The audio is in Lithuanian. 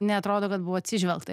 neatrodo kad buvo atsižvelgta